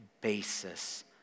basis